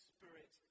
Spirit